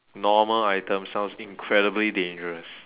normal item sounds incredibly dangerous